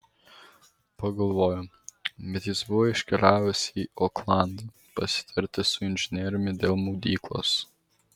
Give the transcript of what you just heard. pagalvojo bet jis buvo iškeliavęs į oklandą pasitarti su inžinieriumi dėl maudyklos